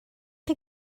chi